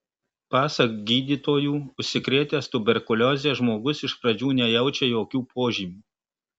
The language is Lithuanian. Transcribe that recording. pasak gydytojų užsikrėtęs tuberkulioze žmogus iš pradžių nejaučia jokių požymių